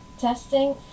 testing